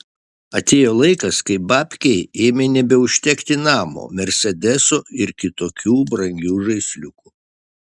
atėjo laikas kai babkei ėmė nebeužtekti namo mersedeso ir kitokių brangių žaisliukų